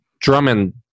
Drummond